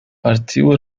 archivo